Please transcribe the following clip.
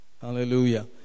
Hallelujah